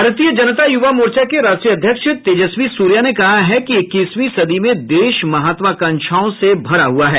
भारतीय जनता युवा मोर्चा के राष्ट्रीय अध्यक्ष तेजस्वी सूर्या ने कहा है कि इकीसवीं सदी में देश महत्वाकांक्षाओं से भरा हुआ है